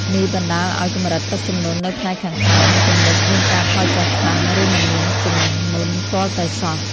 នេះបណ្តាលឱ្យកម្រិតទឹកជំនន់នៅផ្នែកខាងក្រោមទំនប់មានការថយចុះខ្លាំង ឬមិនមានជំនន់ទាល់តែសោះ។